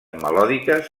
melòdiques